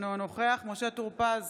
אינו נוכח משה טור פז,